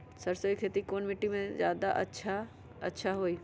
सरसो के खेती कौन मिट्टी मे अच्छा मे जादा अच्छा होइ?